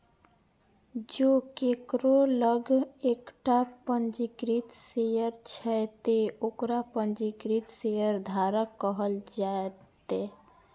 जों केकरो लग एकटा पंजीकृत शेयर छै, ते ओकरा पंजीकृत शेयरधारक कहल जेतै